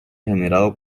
generado